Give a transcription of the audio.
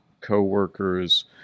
co-workers